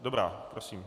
Dobrá, prosím.